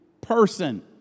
person